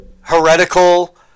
Heretical